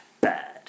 bad